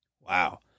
Wow